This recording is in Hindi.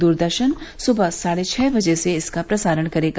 द्रदर्शन सुबह साढ़े छह बजे से इसका प्रसारण करेगा